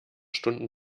stunden